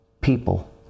people